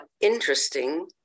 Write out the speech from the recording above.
interesting